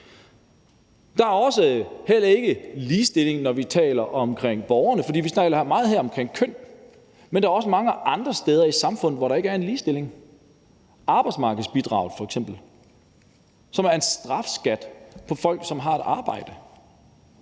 Der er heller ikke ligestilling, når vi taler om borgerne. Her taler vi meget om køn, men der er også mange andre steder i samfundet, hvor der ikke er ligestilling, f.eks. arbejdsmarkedsbidraget, som er en strafskat for folk, som har et arbejde.